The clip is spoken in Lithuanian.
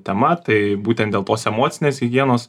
tema tai būtent dėl tos emocinės higienos